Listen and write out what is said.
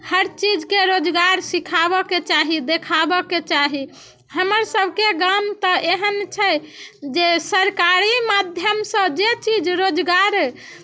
हर चीजके रोजगार सिखाबयके चाही देखाबयके चाही हमरसभके गाम तऽ एहन छै जे सरकारी माध्यमसँ जे चीज रोजगार